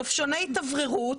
נופשוני התאווררות,